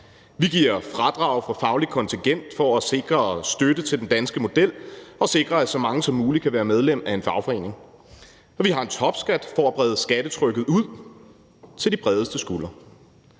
Vi giver fradrag for fagligt kontingent for at sikre og støtte den danske model og sikre, at så mange som muligt kan være medlem af en fagforening. Vi har en topskat for at brede skattetrykket ud til de bredeste skuldre.